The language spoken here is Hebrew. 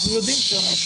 אלי מתנקזים החומרים.